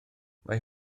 mae